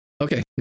okay